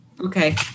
Okay